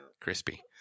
Crispy